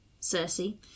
Cersei